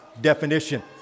definition